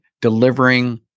delivering